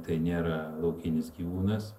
tai nėra laukinis gyvūnas